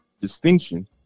distinction